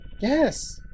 Yes